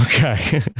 Okay